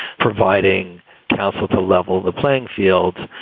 providing counsel to level the playing field